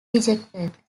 rejected